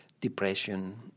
depression